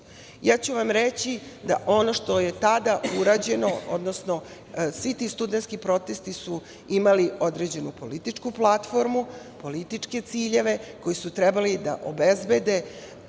Ja ću vam reći da ono što je tada urađeno, odnosno svi ti studenski protesti su imali određenu političku platformu, političke ciljeve koji su trebali da obezbede